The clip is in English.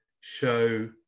show